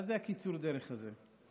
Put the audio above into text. מה זה קיצור הדרך הזה?